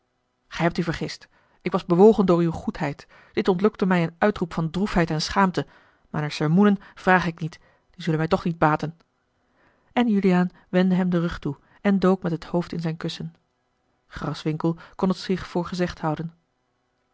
gij hebt u vergist ik was bewogen door uwe goedheid dit ontlokte mij een uitroep van droefheid en schaamte maar naar sermoenen vrage ik niet die zullen mij toch niet baten en juliaan wendde hem den rug toe en dook met het hoofd in zijn kussen graswinckel kon het zich voor gezegd houden